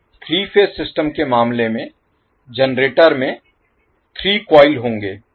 उसी तरह से 3 फेज सिस्टम के मामले में जनरेटर में 3 कॉइल होंगे